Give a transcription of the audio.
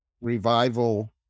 Revival